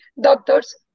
doctors